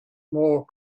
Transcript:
more